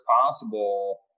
possible